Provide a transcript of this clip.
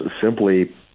simply